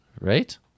Right